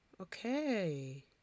Okay